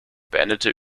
beendete